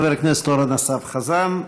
חבר הכנסת אורן אסף חזן,